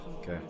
Okay